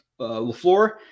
LaFleur